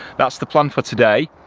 that's the plan for today.